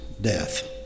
death